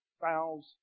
fouls